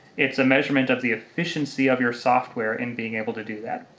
it's a measurement of the efficiency of your software in being able to do that.